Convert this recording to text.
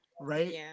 Right